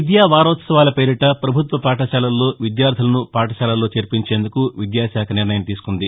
విద్యా వారోత్సవాల పేరిట పభుత్వ పాఠశాలల్లో విద్యార్లులను పాఠశాలల్లో చేర్పించేందుకు విద్యాశాఖ నిర్ణయం తీసుకుంది